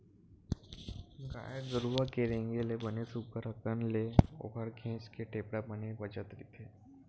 गाय गरुवा के रेगे ले बने सुग्घर अंकन ले ओखर घेंच के टेपरा बने बजत रहिथे